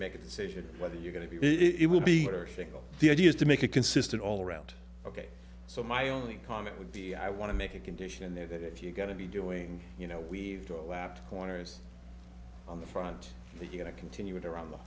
make a decision whether you're going to be it will be better single the idea is to make it consistent all around ok so my only comment would be i want to make a condition in there that if you're going to be doing you know we've to a lap to corners on the front we're going to continue it around the